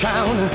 town